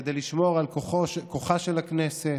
כדי לשמור על כוחה של הכנסת,